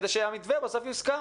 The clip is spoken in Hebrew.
כדי שבסוף המתווה יוסכם.